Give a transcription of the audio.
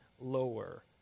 lower